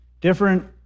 different